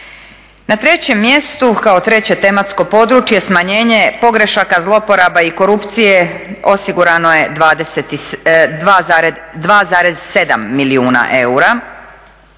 Na trećem mjestu kao treće tematsko područje smanjenje je pogrešaka, zlouporaba i korupcije, osigurano je 2,7 milijuna eura.